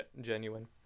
genuine